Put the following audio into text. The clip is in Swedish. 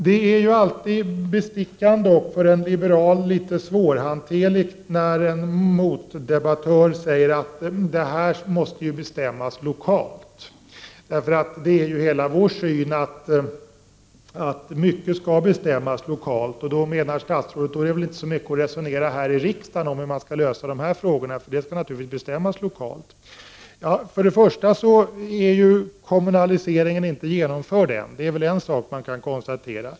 Det är alltid bestickande, och för en liberal litet svårhanterligt, när en motdebattör säger att detta måste bestämmas lokalt. För hela vårt synsätt går ut på att mycket skall bestämmas lokalt. Då menar statsrådet att hur de här frågorna skall lösas inte är så mycket att resonera om här i riksdagen. Det skall naturligtvis bestämmas lokalt. Men för det första är kommunaliseringen inte genomförd ännu. Det är en sak man kan konstatera.